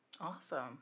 Awesome